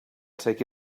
take